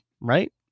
right